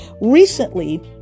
recently